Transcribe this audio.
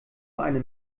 eine